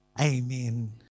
amen